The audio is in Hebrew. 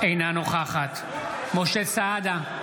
אינה נוכחת משה סעדה,